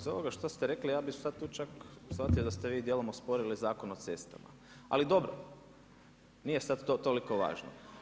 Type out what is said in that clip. Pa iz ovoga što ste rekli, ja bih sada tu čak shvatio da ste vi dijelom osporili Zakon o cestama ali dobro, nije sada to toliko važno.